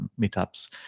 meetups